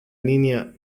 línea